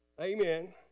Amen